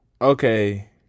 okay